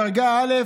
דרגה א',